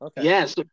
yes